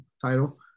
title